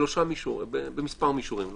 במספר מישורים.